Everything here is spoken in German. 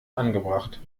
angebracht